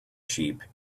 sheep